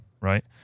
right